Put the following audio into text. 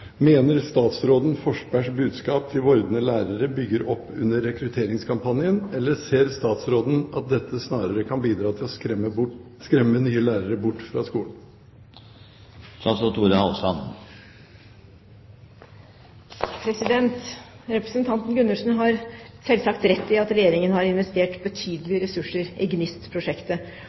Mener statsråden Forsbergs budskap til vordende lærere bygger opp under rekrutteringskampanjen, eller ser statsråden at dette snarere kan bidra til å skremme nye lærere bort